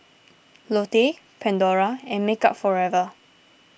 Lotte Pandora and Makeup Forever